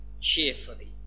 cheerfully